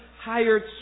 hired